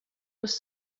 was